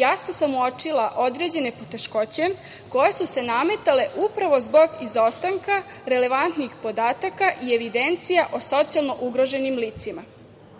jasno sam uočila određene poteškoće koje su se nametale upravo zbog izostanka relevantnih podataka i evidencija o socijalno ugroženim licima. Verujem